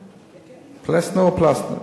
פלֶסנר או פלָסנר?